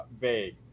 vague